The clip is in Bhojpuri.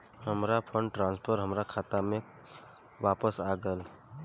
हमार फंड ट्रांसफर हमार खाता में वापस आ गइल